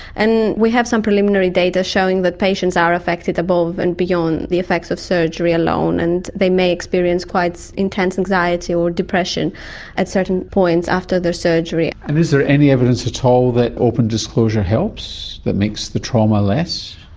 and we have some preliminary data showing that patients are affected above and beyond the effects of surgery alone, and they may experience quite intense anxiety or depression at certain points after their surgery. and is there any evidence at all that open disclosure helps, it makes the trauma less?